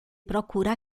procura